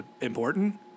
important